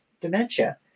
dementia